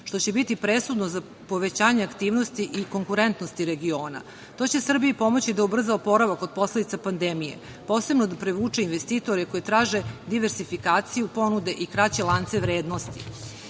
što će biti presudno za povećanje aktivnosti i konkurentnosti regiona. To će Srbiji pomoći da ubrza oporavak od posledica pandemije, posebno da privuče investitore koji traže diversifikaciju ponude i kraće lance vrednosti. Zatim